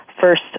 first